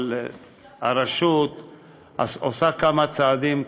אבל הרשות עושה כמה צעדים.